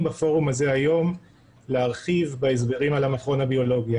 בפורום הזה היום להרחיב בהסברים על המכון הביולוגי.